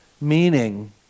meaning